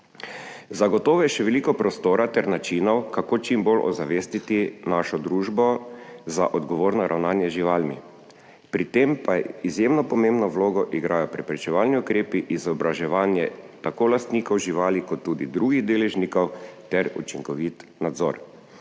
Zagotovo je še veliko prostora ter načinov, kako čim bolj ozavestiti našo družbo za odgovorno ravnanje z živalmi. Pri tem pa izjemno pomembno vlogo igrajo preprečevalni ukrepi, izobraževanje tako lastnikov živali kot tudi drugih deležnikov ter učinkovit nadzor.